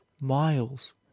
miles